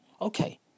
Okay